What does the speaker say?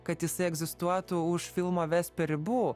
kad jisai egzistuotų už filmo vesper ribų